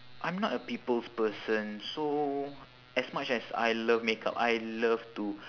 I'm not a people's person so as much as I love makeup I love to